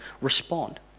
respond